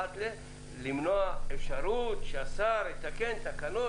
למנוע אפשרות שהשר יתקן תקנות,